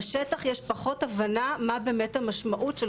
בשטח יש פחות הבנה מה באמת המשמעות של